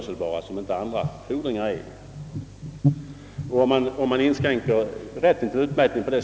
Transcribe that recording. skall undantas från utmätning.